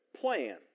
plan